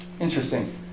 Interesting